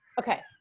Okay